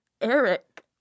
Eric